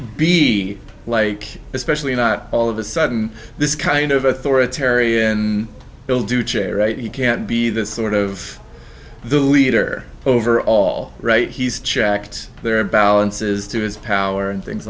be like especially not all of a sudden this kind of authoritarian will do chair right you can't be the sort of the leader over all right he's checked their balances to his power and things